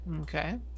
Okay